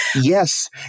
yes